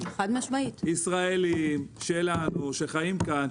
ישראלים שלנו שחיים כאן,